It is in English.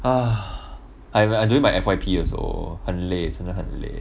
ugh I doing my F_Y_P also 很累真的很累